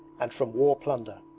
and from war plunder.